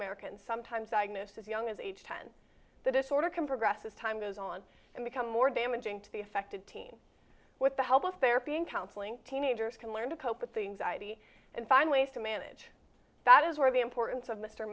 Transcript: americans sometimes i've missed as young as age ten the disorder can progress as time goes on and become more damaging to the affected teen with the help of therapy in counseling teenagers can learn to cope with things id and find ways to manage that is where the importance of mr